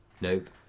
Nope